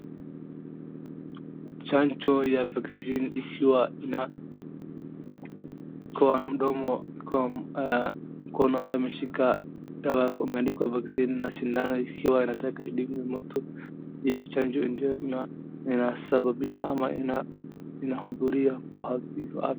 Chanjo ya vaccine ikiwa na kwa mdomo kuna mkono ambaye ameshika dawa ikiwa imeandikwa vaccine na shindano ikiwa inataka idunge mtu hiyo chanjo ndio inasababisha ama inahudhuria kwa.